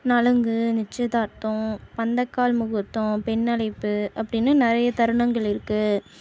நலுங்கு நிச்சயதார்த்தம் பந்தக்கால் முகூர்த்தம் பெண் அழைப்பு அப்படினு நிறைய தருணங்கள் இருக்குது